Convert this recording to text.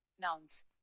Nouns